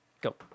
Go